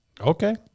Okay